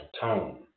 tone